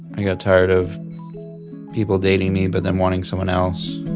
i got tired of people dating me but then wanting someone else